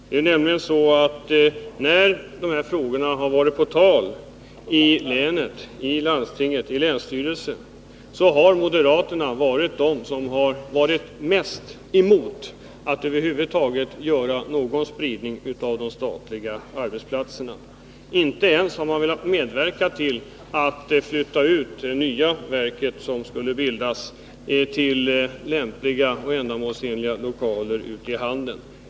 Det är nämligen så, att när dessa frågor varit uppe i länsstyrelsen och landstinget har moderaterna varit mest emot att över huvud taget sprida de statliga verken. De har inte ens velat medverka till att flytta ut det nya verket till ändamålsenliga lokaler i Handen.